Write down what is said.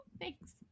Thanks